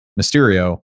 Mysterio